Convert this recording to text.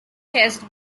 test